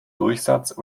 durchsatz